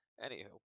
Anywho